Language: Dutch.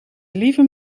liever